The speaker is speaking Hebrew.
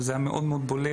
וזה היה מאוד מאוד בולט,